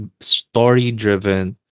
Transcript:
story-driven